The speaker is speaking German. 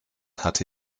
hatte